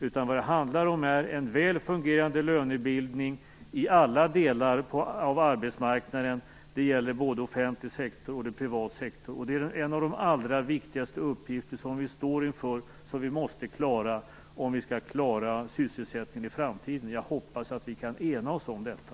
Det handlar om en väl fungerande lönebildning på alla delar av arbetsmarknaden - inom såväl offentlig som privat sektor. Detta är en av de allra viktigaste uppgifter vi står inför. Vi måste klara den om vi skall klara sysselsättningen i framtiden. Jag hoppas att vi kan ena oss om detta.